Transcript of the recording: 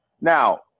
now